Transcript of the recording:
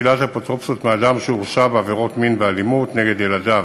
שלילת אפוטרופסות מאדם שהורשע בעבירות מין ואלימות נגד ילדיו).